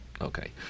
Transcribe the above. Okay